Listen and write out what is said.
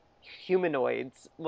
humanoids